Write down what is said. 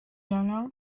dará